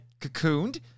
cocooned